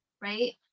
right